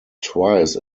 twice